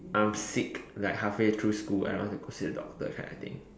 I'm sick like halfway through school and I don't wanna go see the doctor kind of thing